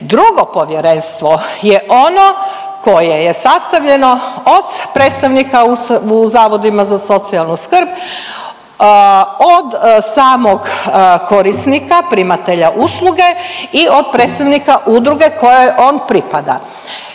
Drugo povjerenstvo je ono koje je sastavljeno od predstavnika u zavodima za socijalnu skrb, od samog korisnika primatelja usluge i od predstavnika udruge kojoj on pripada.